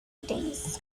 days